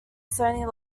sony